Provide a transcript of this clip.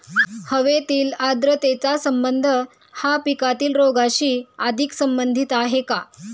हवेतील आर्द्रतेचा संबंध हा पिकातील रोगांशी अधिक संबंधित आहे का?